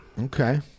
Okay